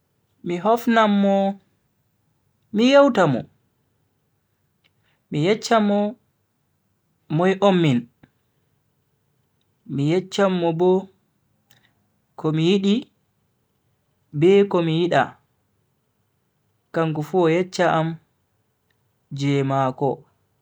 Mi hofnan mo mi yewta mo, mi yecchan mo moi on min, mi yecchan mo bo komi yidi be komi yida. kanko fu o yeccha am je mako.